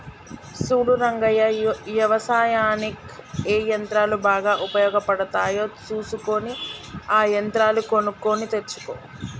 సూడు రంగయ్య యవసాయనిక్ ఏ యంత్రాలు బాగా ఉపయోగపడుతాయో సూసుకొని ఆ యంత్రాలు కొనుక్కొని తెచ్చుకో